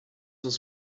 uns